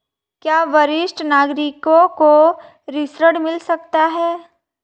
क्या वरिष्ठ नागरिकों को ऋण मिल सकता है?